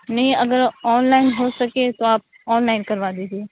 نہیں اگر online ہو سکے تو آپ آن لائن کروا دیجیے